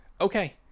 okay